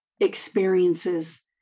experiences